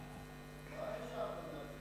חד-משמעית כן.